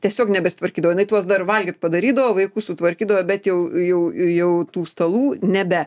tiesiog nebesitvarkydavo jinai tuos dar valgyt padarydavo vaikus sutvarkydavo bet jau jau ir jau tų stalų nebe